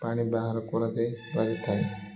ପାଣି ବାହାର କରାଯାଇ ପାରିଥାଏ